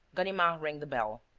ganimard rang the bell.